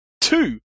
two